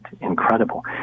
incredible